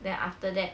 then after that